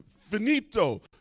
finito